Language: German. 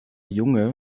junge